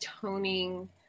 toning